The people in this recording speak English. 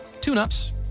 tune-ups